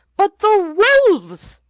but the wolves!